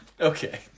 Okay